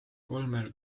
kolmel